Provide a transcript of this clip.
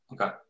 Okay